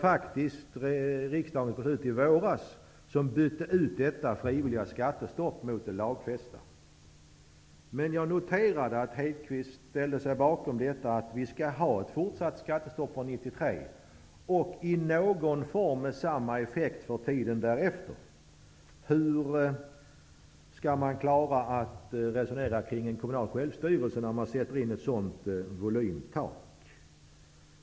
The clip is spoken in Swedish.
Men riksdagens beslut i våras ersatte det frivilliga skattestoppet mot ett lagfäst. Jag noterade att Lennart Hedquist ställde sig bakom förslaget om ett fortsatt skattestopp från 1993 och ett skattestopp i någon form för tiden därefter. Hur skall man förklara detta med kommunal självstyrelse, när man sätter ett sådant volymtak?